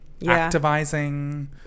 Activizing